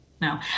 no